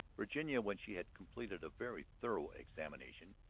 virginia, when she had completed a very thorough examination,